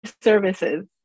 services